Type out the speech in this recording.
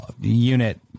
unit